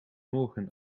morgen